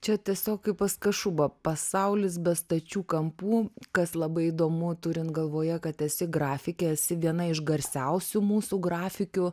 čia tiesiog kaip pas kašubą pasaulis be stačių kampų kas labai įdomu turint galvoje kad esi grafikė esi viena iš garsiausių mūsų grafikių